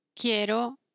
Quiero